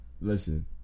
Listen